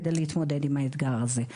כדי להתמודד עם האתגר הזה.